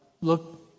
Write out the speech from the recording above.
look